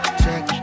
check